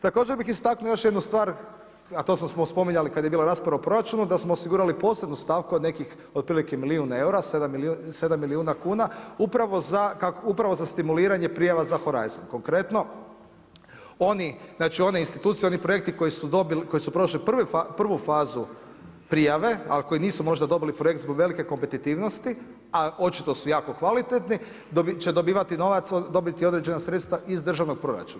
Također bi istaknuo još jednu stvar, a to smo spominjali kad je bila rasprava o proračunu, da smo osigurali posebnu stavku, od nekih otprilike milijun eura, 7 milijuna kuna upravo za stimuliranje prijelaza … Konkretno, oni znači, one institucije, oni projekti koje su prošli prvu fazu prijave, a koji nisu možda dobili projekt zbog velike kompetitivnosti, a očito su jako kvalitetni, će dobivati novac, dobiti određena sredstva iz državnog proračuna.